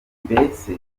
mbese